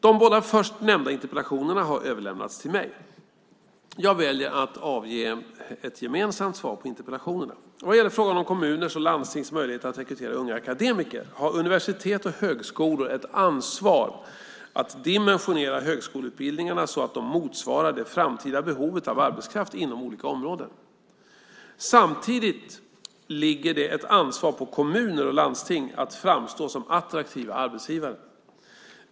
De båda först nämnda interpellationerna har överlämnats till mig. Jag väljer att avge ett gemensamt svar på interpellationerna. Vad gäller frågan om kommuners och landstings möjligheter att rekrytera unga akademiker har universitet och högskolor ett ansvar att dimensionera högskoleutbildningarna så att de motsvarar det framtida behovet av arbetskraft inom olika områden. Samtidigt ligger det ett ansvar på kommuner och landsting att framstå som attraktiva arbetsgivare.